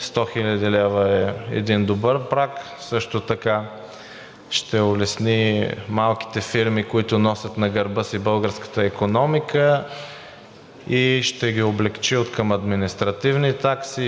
100 хил. лв. е добър праг. Също така ще улесни малките фирми, които носят на гърба си българската икономика, и ще ги облекчи откъм административни,